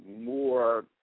more